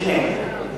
שניהם.